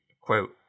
quote